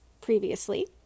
previously